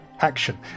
action